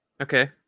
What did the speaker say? Okay